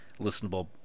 listenable